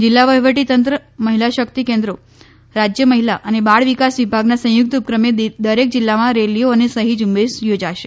જિલ્લા વહીવટીતંત્ર મહિલા શક્તિ કેન્દ્રો અને રાજ્ય મહિલા અને બાળ વિકાસ વિભાગના સંયુક્ત ઉપક્રમે દરેક જિલ્લામાં રેલીઓ અને સહી ઝ્રંબેશ યોજાશે